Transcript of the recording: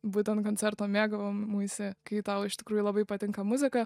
būtent koncerto mėgavimuisi kai tau iš tikrųjų labai patinka muzika